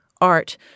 Art